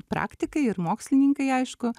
praktikai ir mokslininkai aišku